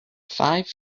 five